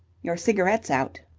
your cigarette's out.